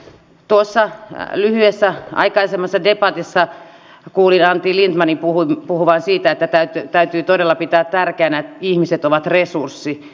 tuossa lyhyessä aikaisemmassa debatissa kuulin antti lindtmanin puhuvan siitä että täytyy todella pitää tärkeänä että ihmiset ovat resurssi